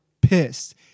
pissed